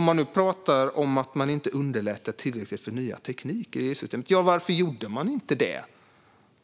Man pratar om att det inte underlättas tillräckligt för nya tekniker, men varför gjorde man inte detta